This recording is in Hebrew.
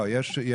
את